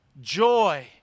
joy